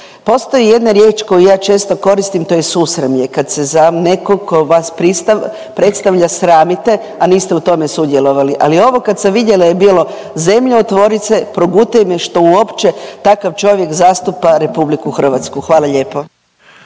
Postoji jedna riječ koju ja često koristim to je susramlje, kad se za nekog tko vas predstavlja sramite, a niste u tome sudjelovali, ali ovo kad sam vidjela je bilo zemljo otvori se, progutaj me što uopće takav čovjek zastupa RH. Hvala lijepo.